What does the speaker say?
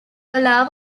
allow